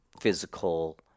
physical